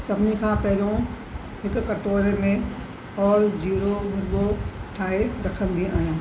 सभिनी खां पहिरों हिकु कटोरे में ऑल जीरो वीरो ठाहे रखंदी आहियां